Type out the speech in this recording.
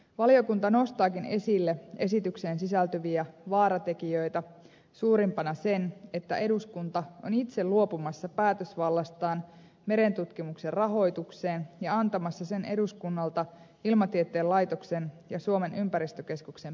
valiokunta nostaakin esille esitykseen sisältyviä vaaratekijöitä suurimpana sen että eduskunta on itse luopumassa päätösvallastaan merentutkimuksen rahoitukseen ja antamassa sen eduskunnalta ilmatieteen laitoksen ja suomen ympäristökeskuksen pääjohtajille